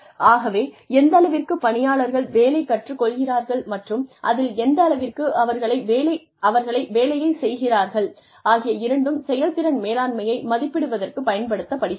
ஆகவே எந்தளவிற்கு பணியாளர்கள் வேலையை கற்றுக் கொள்கிறார்கள் மற்றும் அதில் எந்தளவிற்கு அவர்களை வேலையைச் செய்கிறார்கள் ஆகிய இரண்டும் செயல்திறன் மேலாண்மையை மதிப்பிடுவதற்குப் பயன்படுத்தப்படுகிறது